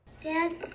Dad